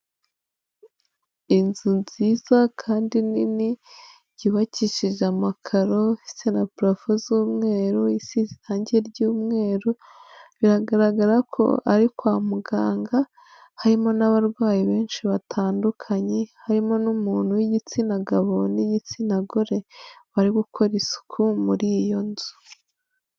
Inzu nziza kandi nini yubakishije amakaro ndetse na parafo z'umweru isize irange ry'umweru, biragaragara ko ari kwa muganga harimo n'abarwayi benshi batandukanye harimo n'umuntu w'igitsina gabo n'igitsina gore, bari gukora isuku muri iyo nzu.